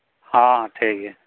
ᱦᱮᱸ ᱴᱷᱤᱠᱜᱮᱭᱟ